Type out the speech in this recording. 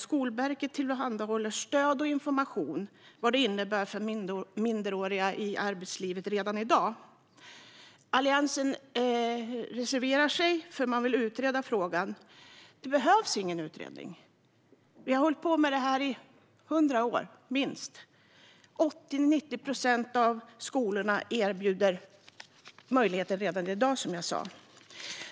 Skolverket tillhandahåller dessutom stöd och information om vad detta innebär för minderåriga i arbetslivet. Alliansen reserverar sig och vill utreda frågan. Det behövs ingen utredning. Vi har hållit på med detta i hundra år, minst. 80-90 procent av skolorna erbjuder möjligheten redan i dag, som jag sa.